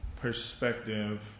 perspective